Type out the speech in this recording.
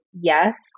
yes